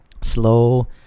slow